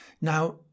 now